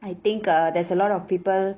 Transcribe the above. I think uh there's a lot of people